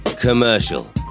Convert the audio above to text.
commercial